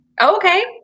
Okay